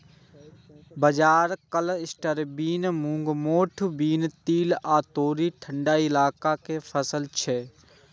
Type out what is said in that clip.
बाजरा, cluster bean, मूंग, मोठ बीन, तिल आ तोरी ठंढा इलाका के फसल छियै